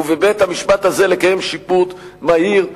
ובבית-המשפט הזה לקיים שיפוט מהיר,